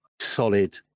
solid